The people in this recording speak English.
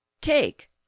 Take